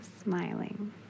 smiling